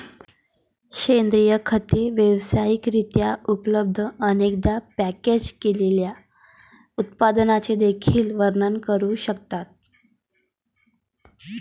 सेंद्रिय खते व्यावसायिक रित्या उपलब्ध, अनेकदा पॅकेज केलेल्या उत्पादनांचे देखील वर्णन करू शकतात